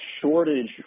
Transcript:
shortage